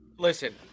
Listen